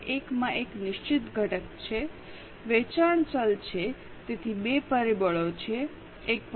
1 માં એક નિશ્ચિત ઘટક છે વેચાણ ચલ છે તેથી બે પરિબળો છે 1